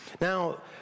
Now